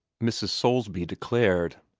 mrs. soulsby declared,